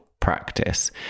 practice